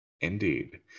indeed